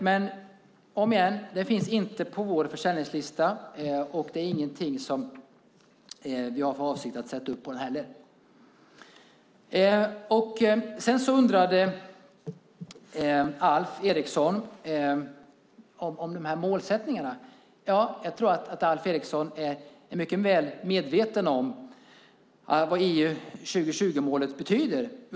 Men jag säger det igen: Det finns inte på vår försäljningslista, och vi har inte för avsikt att sätta upp det på den heller. Sedan frågade Alf Eriksson om de här målsättningarna. Jag tror att Alf Eriksson är mycket väl medveten om vad EU 2020-målet betyder.